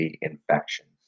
infections